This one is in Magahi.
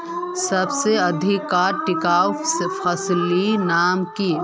सबसे अधिक टिकाऊ फसलेर नाम की?